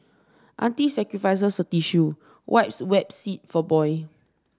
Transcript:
auntie sacrifices her tissue wipes wet seat for boy